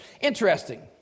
Interesting